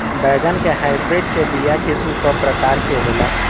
बैगन के हाइब्रिड के बीया किस्म क प्रकार के होला?